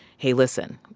hey, listen,